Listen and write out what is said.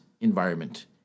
environment